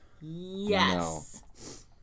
Yes